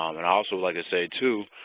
um and i also would like to say too,